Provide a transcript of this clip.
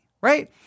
right